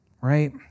right